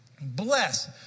Bless